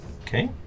Okay